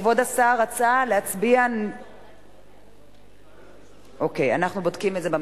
כבוד השר רצה להצביע, אוקיי, אנחנו בודקים את זה.